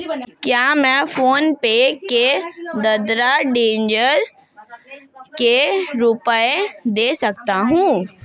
क्या मैं फोनपे के द्वारा डीज़ल के रुपए दे सकता हूं?